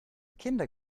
kinder